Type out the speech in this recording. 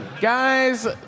Guys